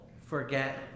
forget